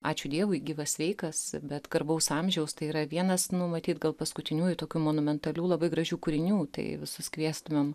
ačiū dievui gyvas sveikas bet garbaus amžiaus tai yra vienas nu matyt gal paskutiniųjų tokių monumentalių labai gražių kūrinių tai visus kviestumėm